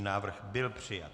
Návrh byl přijat.